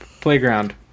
playground